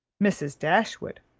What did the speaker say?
mrs. dashwood,